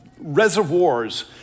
reservoirs